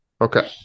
Okay